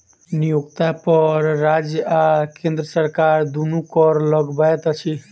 नियोक्ता पर राज्य आ केंद्र सरकार दुनू कर लगबैत अछि